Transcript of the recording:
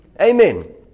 Amen